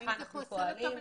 כך אנחנו פועלים.